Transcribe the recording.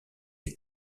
est